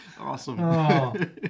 awesome